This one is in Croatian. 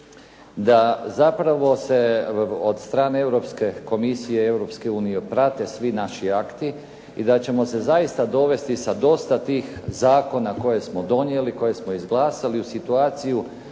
da zapravo se od strane Europske komisije i Europske unije prate svi naši akti i da ćemo se zaista dovesti sa dosta tih zakona koje smo donijeli, koje smo izglasali u situaciju